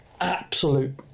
absolute